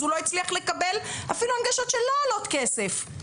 אז הוא לא הצליח לקבל אפילו הנגשות שלא עולות כסף.